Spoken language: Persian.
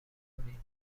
کنین